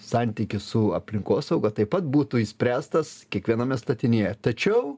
santykis su aplinkosauga taip pat būtų išspręstas kiekviename statinyje tačiau